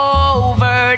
over